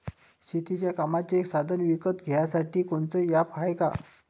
शेतीच्या कामाचे साधनं विकत घ्यासाठी कोनतं ॲप हाये का?